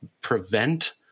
prevent